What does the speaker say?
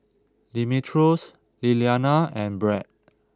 Demetrios Liliana and Brad